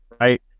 right